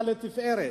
לתפארת.